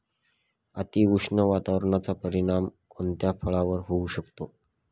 अतिउष्ण वातावरणाचा परिणाम कोणत्या फळावर होऊ शकतो?